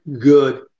good